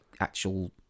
actual